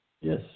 Yes